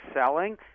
selling